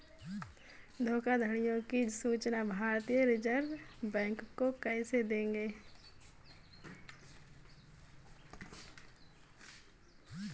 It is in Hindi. धोखाधड़ियों की सूचना भारतीय रिजर्व बैंक को कैसे देंगे?